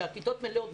שם הכיתות מלאות,